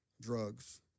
drugs